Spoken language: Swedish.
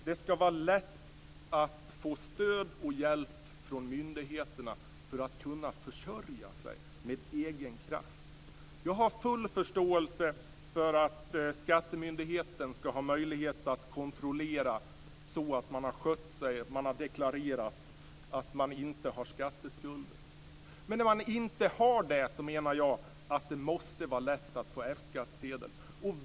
Det skall vara lätt att få stöd och hjälp från myndigheterna för att kunna försörja sig med egen kraft. Jag har full förståelse för att skattemyndigheten skall ha möjlighet att kontrollera att man har skött sig, att man har deklarerat, att man inte har skatteskulder. Men när man inte har det menar jag att det måste vara lätt att få F-skattsedel.